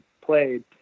played